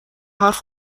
حرف